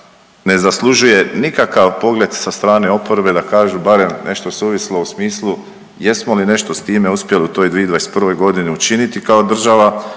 ne zaslužuje nikakav pogled sa strane oporbe da kažu barem nešto suvislo u smislu jesmo li nešto s time uspjeli u toj 2021.g. učiniti kao država,